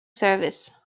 service